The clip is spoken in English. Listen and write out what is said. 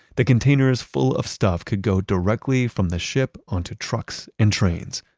the containers full of stuff could go directly from the ship onto trucks and trains,